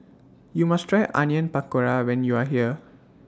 YOU must Try Onion Pakora when YOU Are here